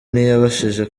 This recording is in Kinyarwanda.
ntiyabashije